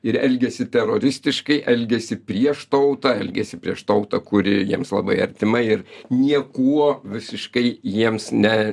ir elgiasi teroristiškai elgiasi prieš tautą elgiasi prieš tautą kuri jiems labai artima ir niekuo visiškai jiems ne